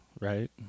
right